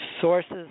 Sources